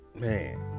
man